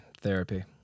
therapy